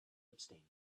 abstain